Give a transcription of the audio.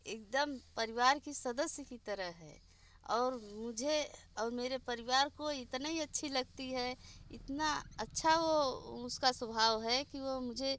एक दम परिवार के सदस्य की तरह है और मुझे और मेरे परिवार को इतनी अच्छी लगती है इतना अच्छा वो उसका स्वभाव है कि वो मुझे